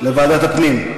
לוועדת הפנים?